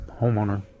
homeowner